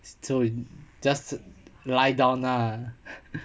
so just lie down lah